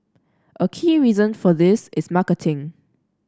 a key reason for this is marketing